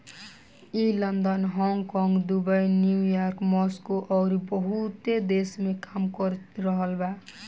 ई London, Hong Kong, Dubai, New York, Moscow अउरी बहुते देश में काम कर रहल बा